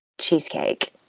Cheesecake